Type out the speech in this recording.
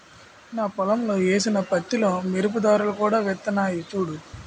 నా పొలంలో ఏసిన పత్తిలో మెరుపు దారాలు కూడా వొత్తన్నయ్ సూడూ